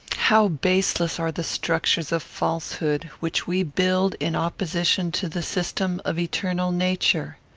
how baseless are the structures of falsehood, which we build in opposition to the system of eternal nature!